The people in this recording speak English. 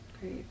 Great